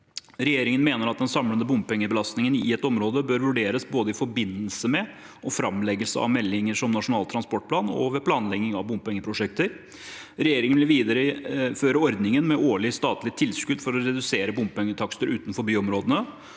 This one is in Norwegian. Regjeringen mener at den samlede bompengebelastningen i et område bør vurderes både i forbindelse med framleggelse av meldinger som Nasjonal transportplan og ved planleggingen av bompengeprosjekter. – Regjeringen vil videreføre ordningen med årlige statlige tilskudd for å redusere bompengetakster utenfor byområdene.